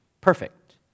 perfect